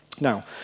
Now